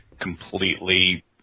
completely